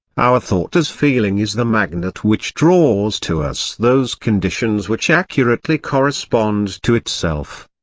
our thought as feeling is the magnet which draws to us those conditions which accurately correspond to itself.